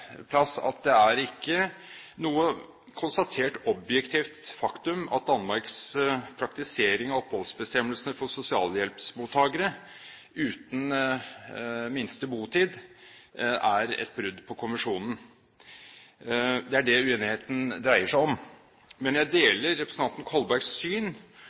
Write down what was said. at det ikke er et konstatert objektivt faktum at Danmarks praktisering av oppholdsbestemmelsene for sosialhjelpsmottakere uten minste botider et brudd på konvensjonen. Det er det uenigheten dreier seg om. Men jeg deler representanten Kolbergs syn